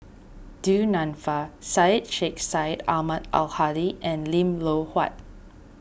Du Nanfa Syed Sheikh Syed Ahmad Al Hadi and Lim Loh Huat